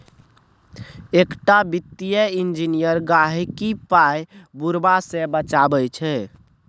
एकटा वित्तीय इंजीनियर गहिंकीक पाय बुरेबा सँ बचाबै छै